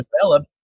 developed